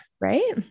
Right